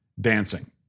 dancing